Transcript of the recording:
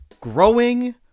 growing